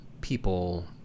people